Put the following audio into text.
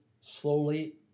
slowly